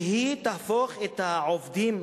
שהיא תהפוך את העובדים,